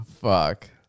Fuck